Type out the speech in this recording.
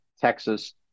Texas